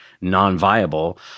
non-viable